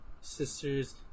Sisters